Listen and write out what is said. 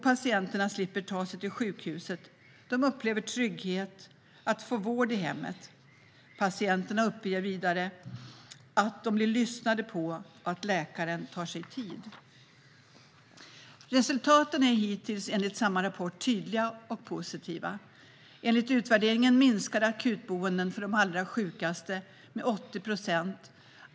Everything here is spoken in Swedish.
Patienterna slipper ta sig till sjukhuset. De upplever tryggheten i att få vård i hemmet. Patienterna uppger vidare att de blir lyssnade på och att läkaren tar sig tid. Resultaten är hittills, enligt samma rapport, tydliga och positiva. Enligt utvärderingen minskade akutbesöken för de allra sjukaste med 80 procent.